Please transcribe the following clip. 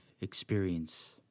experience